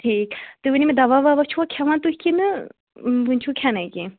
ٹھیٖک تُہۍ ؤنِو مےٚ دوا ووا چھُوا کھیٚوان تُہۍ کِنہٕ وُنہِ چھُو کھیٚنَے کیٚنٛہہ